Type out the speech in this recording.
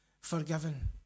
forgiven